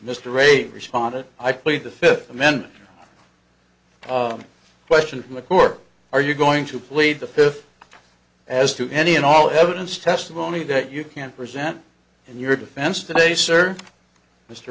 mr rader responded i plead the fifth amendment question from the court are you going to plead the fifth as to any and all evidence testimony that you can present in your defense today sir mr